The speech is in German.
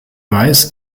weiß